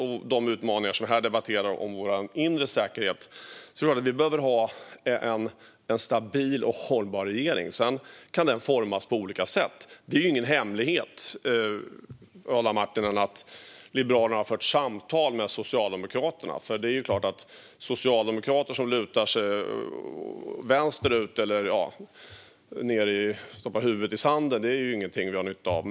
Vi debatterar också utmaningar gällande vår inre säkerhet. Vi behöver ha en stabil och hållbar regering. Sedan kan den formas på olika sätt. Det är ingen hemlighet, Adam Marttinen, att Liberalerna har fört samtal med Socialdemokraterna. Det är klart att socialdemokrater som lutar sig vänsterut eller stoppar huvudet i sanden inte är någonting vi har nytta av.